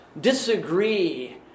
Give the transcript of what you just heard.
disagree